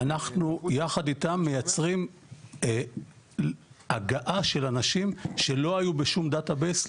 אנחנו יחד איתם מייצרים הגעה של אנשים שלא היו בשום דטה בייס,